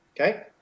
Okay